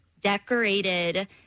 decorated